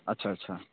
अच्छा अच्छा